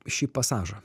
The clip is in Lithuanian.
šį pasažą